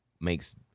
makes